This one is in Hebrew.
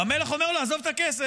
והמלך אומר לו: עזוב את הכסף,